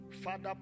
Father